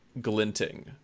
glinting